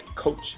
Coach